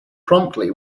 promptly